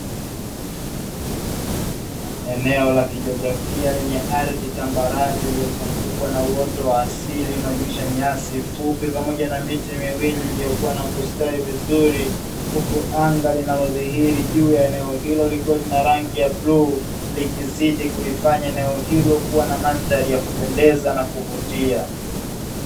Eneo la kijografia lenye ardhi tambarare lililozungukwa na uoto wa asili unaojumuisha nyasi fupi pamoja na miti miwili iliyokuwa na kustawi vizuri, huku anga la linalodhihiri juu ya eneo hilo likiwa na rangi ya bluu likizidi kulifanya eneo hilo kuwa na mandhari ya kupendeza na kuvutia.